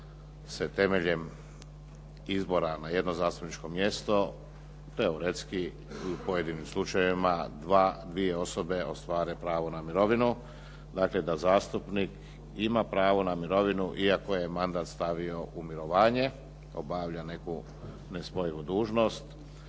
se temeljem izbora na jedno zastupničko mjesto, teoretski u pojedinim slučajevima dvije osobe ostvare pravo na mirovinu, dakle da zastupnik ima pravo na mirovinu iako je mandat stavio u mirovanje, obavlja neku nespojivu dužnost,